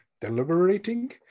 deliberating